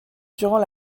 durant